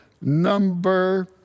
number